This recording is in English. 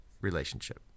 relationship